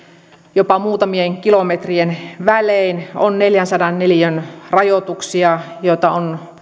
jopa muutamien kilometrien välein on neljänsadan neliön rajoituksia joita on